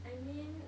I mean